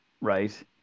right